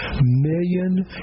million